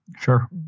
Sure